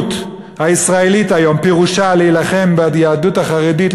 שהריבונות הישראלית היום פירושה להילחם ביהדות החרדית,